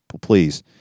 please